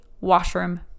washroom